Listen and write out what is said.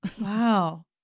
wow